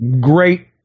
great